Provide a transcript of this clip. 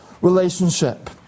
relationship